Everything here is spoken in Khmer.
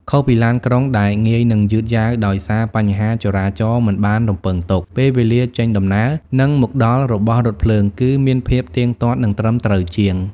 ខុសពីឡានក្រុងដែលងាយនឹងយឺតយ៉ាវដោយសារបញ្ហាចរាចរណ៍មិនបានរំពឹងទុក ពេលវេលាចេញដំណើរ និងមកដល់របស់រថភ្លើងគឺមានភាពទៀងទាត់ និងត្រឹមត្រូវជាង។